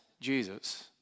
Jesus